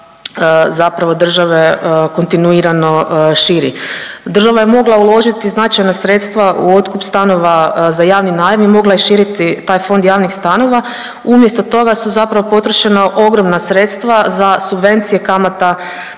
zapravo države kontinuirano širi. Država je mogla uložiti značajna sredstva u otkup stanova za javni najam i mogla je širiti taj fond javnih stanova, umjesto toga su zapravo potrošena ogromna sredstva za subvencije kamata